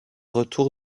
retour